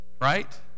Right